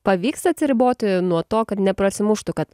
pavyks atsiriboti nuo to kad neprasimuštų kad